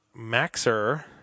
Maxer